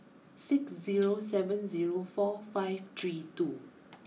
six zero seven zero four five three two